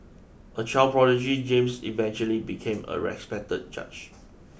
a child prodigy James eventually became a respected judge